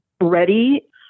ready